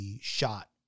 shot